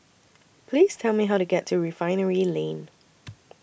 Please Tell Me How to get to Refinery Lane